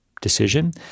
decision